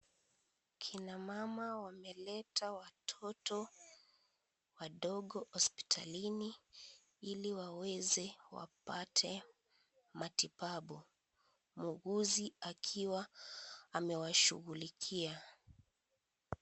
Kina mama wameleta watoto wadogo hospitalini Ili waweze wapate matibabu. Muuguzi akiwa amewashughulikia.